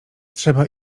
trzeba